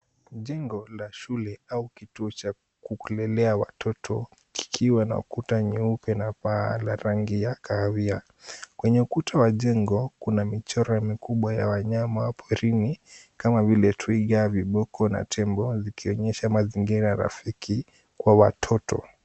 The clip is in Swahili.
Jengo la shule au kituo cha kulelea watoto kikiwa na ukuta mweupe na paa la rangi ya kahawia. Kwenye ukuta wa jengo kuna michoro mikubwa ya wanyama porini kama vile twiga, viboko na tembo ikionyesha mazingira rafiki kwa watoto.